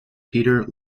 peter